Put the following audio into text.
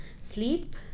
Sleep